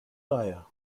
dyer